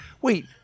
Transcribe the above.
wait